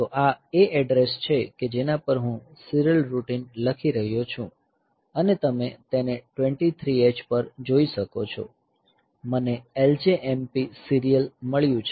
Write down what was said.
તો આ એ એડ્રેસ છે કે જેના પર હું સીરીયલ રૂટીન લખી રહ્યો છું અને તમે તેને 23 H પર જોઈ શકો છો મને LJMP સીરીયલ મળ્યું છે